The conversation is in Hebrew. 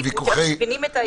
שיש מי שמבינים את ההיגיון המסדר.